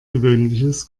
gewöhnliches